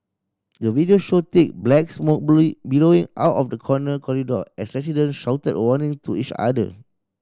the video showed thick black smoke billowing out of the corner corridor as resident shouted warning to each other